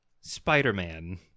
Spider-Man